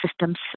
systems